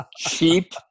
cheap